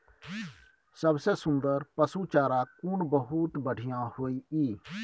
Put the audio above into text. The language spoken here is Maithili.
सबसे सुन्दर पसु चारा कोन बहुत बढियां होय इ?